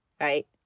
right